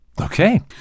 Okay